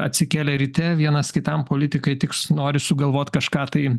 atsikėlę ryte vienas kitam politikai tiks nori sugalvot kažką tai